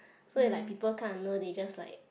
so is like people can't handle they just like